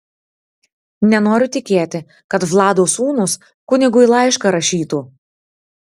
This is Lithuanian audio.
nenoriu tikėti kad vlado sūnūs kunigui laišką rašytų